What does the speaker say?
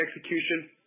execution